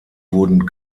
wurden